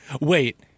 Wait